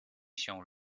się